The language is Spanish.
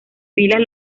filas